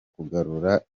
kugarura